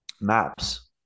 maps